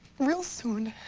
real soon.